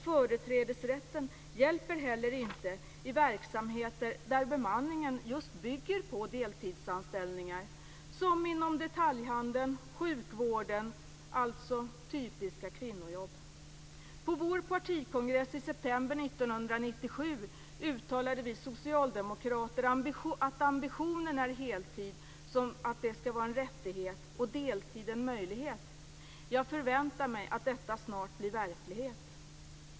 Företrädesrätten hjälper inte heller i verksamheter där bemanningen just bygger på deltidsanställningar - som inom detaljhandeln och sjukvården, dvs. typiska kvinnojobb. På vår partikongress i september 1997 uttalade vi socialdemokrater att ambitionen är att heltid skall vara en rättighet och deltid en möjlighet. Jag förväntar mig att detta snart blir verklighet.